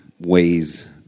ways